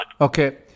Okay